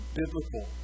biblical